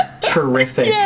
terrific